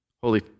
holy